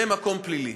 זה מקום פלילי.